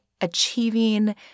achieving